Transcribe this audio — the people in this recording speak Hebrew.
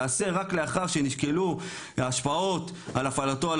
תיעשה רק לאחר שנשקלו ההשפעות על הפעלתו על